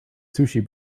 sushi